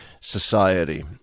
society